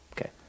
Okay